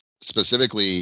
specifically